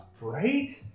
Right